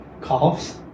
coughs